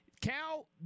Cal